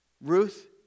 Ruth